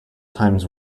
times